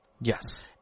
Yes